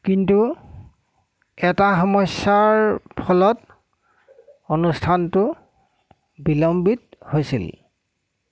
কিন্তু এটা সমস্যাৰ ফলত অনুষ্ঠানটো বিলম্বিত হৈছিল